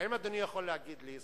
האם אדוני יכול להגיד לי,